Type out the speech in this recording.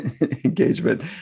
engagement